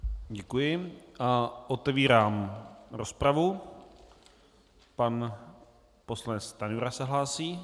Děkuji a otevírám rozpravu pan poslanec Stanjura se hlásí.